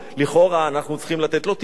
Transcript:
לכאורה אנחנו צריכים לתת לו טיפול.